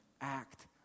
act